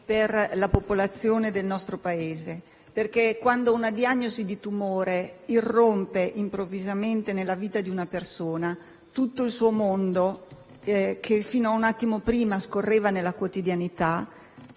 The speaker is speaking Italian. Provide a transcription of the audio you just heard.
per la popolazione del nostro Paese. Quando una diagnosi di tumore irrompe improvvisamente nella vita di una persona, tutto il suo mondo, che fino a un attimo prima scorreva nella quotidianità,